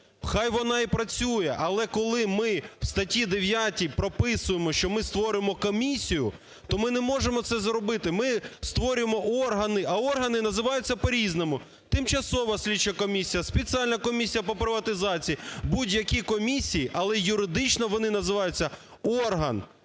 Хай вона і працює, але коли ми в статті 9 прописуємо, що ми створюємо комісію, томи не можемо це зробити. Ми створюємо органи, а органи називаються по-різному: тимчасова слідча комісія, спеціальна комісія по приватизації. Будь-які комісії, але юридично вони називаються орган